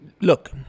look